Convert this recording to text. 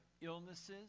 illnesses